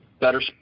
better